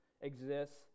exists